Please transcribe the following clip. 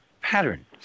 pattern